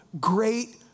great